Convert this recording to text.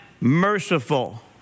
merciful